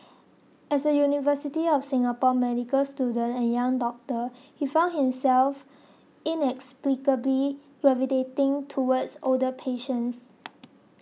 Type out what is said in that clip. as a University of Singapore medical student and young doctor he found himself inexplicably gravitating towards older patients